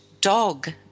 dog